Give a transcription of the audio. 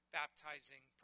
baptizing